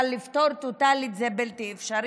אבל לפטור טוטלית זה בלתי אפשרי.